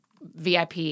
vip